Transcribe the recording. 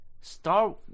Star